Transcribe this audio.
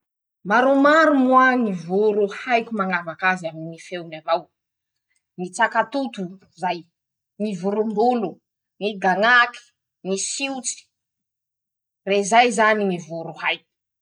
Maromaro moa ñy voro haiko mañavaky azy aminy ñy feony avao: -ñy tsakatoto zay. -ñy voron-dolo. -ñy gañàky. -ñy siotsy ;rezay zany ñy voro haiko.